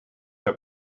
were